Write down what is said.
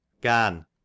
Gan